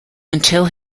until